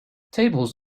tables